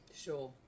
Sure